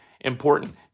important